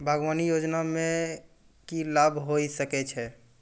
बागवानी योजना मे की लाभ होय सके छै?